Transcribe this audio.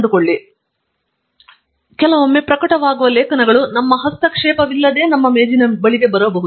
ಆದ್ದರಿಂದ ಕೆಲವೊಮ್ಮೆ ಪ್ರಕಟವಾಗುವ ಲೇಖನಗಳು ನಮ್ಮ ಹಸ್ತಕ್ಷೇಪವಿಲ್ಲದೆ ನಮ್ಮ ಮೇಜಿನ ಬಳಿಗೆ ಬರಬಹುದು